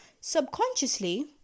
subconsciously